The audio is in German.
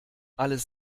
alles